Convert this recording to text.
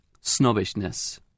snobbishness